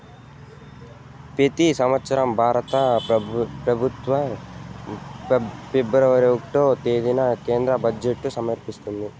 పెతి సంవత్సరం భారత పెబుత్వం ఫిబ్రవరి ఒకటో తేదీన కేంద్ర బడ్జెట్ సమర్పిస్తాది